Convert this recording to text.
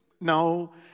No